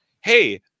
hey